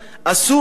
אחרי פיטוריו,